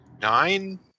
nine